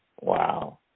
Wow